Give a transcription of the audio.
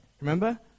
Remember